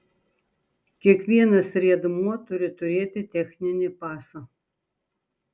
kiekvienas riedmuo turi turėti techninį pasą